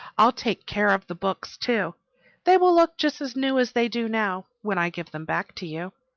i'll take care of the books, too they will look just as new as they do now, when i give them back to you.